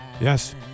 Yes